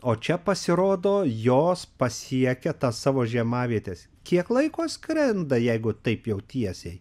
o čia pasirodo jos pasiekia tas savo žiemavietes kiek laiko skrenda jeigu taip jau tiesiai